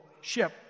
ship